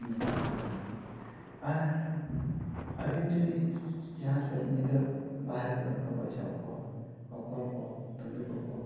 ᱢᱮᱛᱟᱜ ᱠᱟᱱᱟ ᱟᱨ ᱟᱹᱵᱤᱱ ᱡᱩᱫᱤ ᱡᱟᱦᱟᱸ ᱥᱮᱫ ᱧᱤᱫᱟᱹ ᱵᱟᱦᱨᱮ ᱠᱚᱵᱮᱱ ᱩᱰᱩᱠᱚᱜ ᱡᱚᱦᱚᱜ ᱠᱚ ᱠᱚᱠᱚᱨ ᱠᱚ ᱫᱩᱸᱫᱩ ᱠᱚᱠᱚ